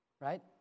Right